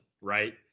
right